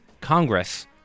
Congress